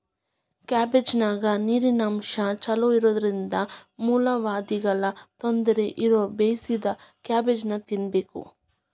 ಕ್ಯಾಬಿಜ್ನಾನ್ಯಾಗ ನಾರಿನಂಶ ಚೋಲೊಇರೋದ್ರಿಂದ ಮೂಲವ್ಯಾಧಿಗಳ ತೊಂದರೆ ಇರೋರು ಬೇಯಿಸಿದ ಕ್ಯಾಬೇಜನ್ನ ತಿನ್ಬೇಕು